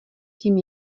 tím